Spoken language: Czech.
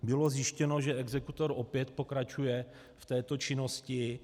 Bylo zjištěno, že exekutor opět pokračuje v této činnosti.